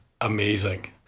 amazing